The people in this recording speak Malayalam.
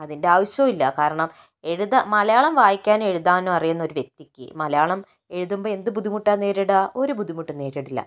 അതിൻ്റെ ആവശ്യവും ഇല്ല കാരണം എഴുതാൻ മലയാളം വായിക്കാനും എഴുതാനും അറിയാവുന്ന ഒരു വ്യക്തിക്ക് ഈ മലയാളം എഴുതുമ്പോൾ എന്ത് ബുദ്ധിമുട്ടാണ് നേരിടുക ഒരു ബുദ്ധിമുട്ടും നേരിട്ടിട്ടില്ല